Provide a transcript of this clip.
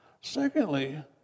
Secondly